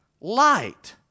light